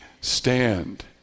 stand